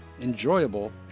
enjoyable